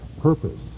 purpose